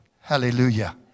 hallelujah